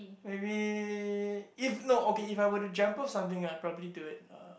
maybe if not okay if I would have to jump off something I'd probably do it uh